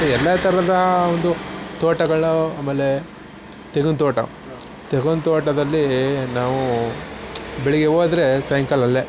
ಎಲ್ಲ ಥರದಾ ಒಂದು ತೋಟಗಳು ಆಮೇಲೆ ತೆಂಗಿನ ತೋಟ ತೆಂಗಿನ್ ತೋಟದಲ್ಲಿ ನಾವು ಬೆಳಗ್ಗೆ ಹೋದ್ರೆ ಸಾಯಂಕಾಲ ಅಲ್ಲೇ